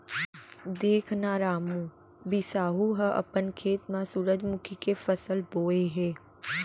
देख न रामू, बिसाहू ह अपन खेत म सुरूजमुखी के फसल बोय हे